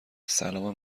سلام